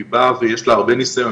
היא באה ויש לה הרבה ניסיון,